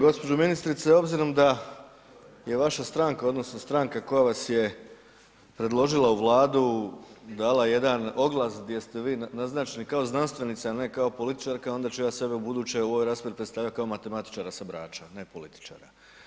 Gđo. ministrice, obzirom da je vaša stranka odnosno stranka koja vas je predložila u Vladu dala jedan oglas gdje ste vi naznačeni kao znanstvenica a ne kao političarka onda će ja sebe ubuduće u ovoj raspravi predstavljati kao matematičara sa Brača, a ne političara.